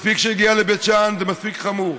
מספיק שהיא הגיעה לבית שאן, זה מספיק חמור.